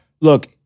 look